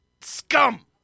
Scum